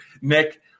Nick